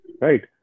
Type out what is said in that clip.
Right